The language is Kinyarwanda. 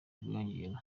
bwiyongera